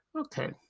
Okay